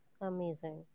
Amazing